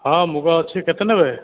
ହଁ ମୁଗ ଅଛି କେତେ ନେବେ